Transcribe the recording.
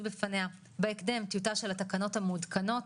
בפניה בהקדם טיוטה של התקנות המעודכנות,